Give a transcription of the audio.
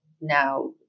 now